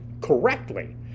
correctly